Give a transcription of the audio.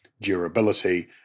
durability